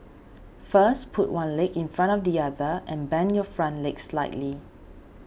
first put one leg in front of the other and bend your front leg slightly